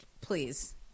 please